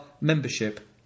membership